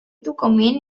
document